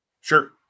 Sure